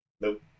Nope